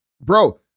Bro